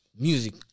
music